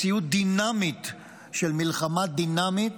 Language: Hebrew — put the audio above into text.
מציאות דינמית של מלחמה דינמית,